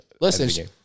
Listen